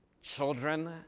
children